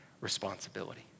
responsibility